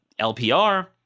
LPR